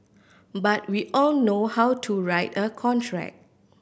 but we all know how to write a contract